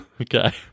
Okay